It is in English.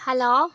hello